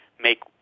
make